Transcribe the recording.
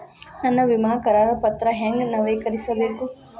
ನನ್ನ ವಿಮಾ ಕರಾರ ಪತ್ರಾ ಹೆಂಗ್ ನವೇಕರಿಸಬೇಕು?